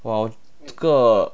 !wah! 这个